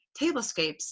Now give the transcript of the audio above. tablescapes